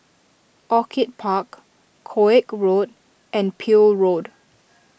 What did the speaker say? Orchid Park Koek Road and Peel Road